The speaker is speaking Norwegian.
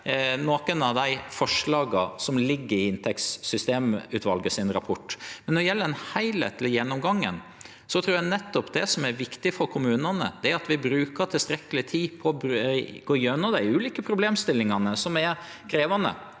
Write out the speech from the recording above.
vurdere dei forslaga som ligg i inntektssystemutvalet sin rapport. Når det gjeld den heilskaplege gjennomgangen, trur eg nettopp det som er viktig for kommunane, er at vi brukar tilstrekkeleg tid på å gå gjennom dei ulike problemstillingane, noko som er krevjande.